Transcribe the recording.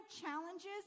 challenges